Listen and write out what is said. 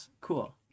cool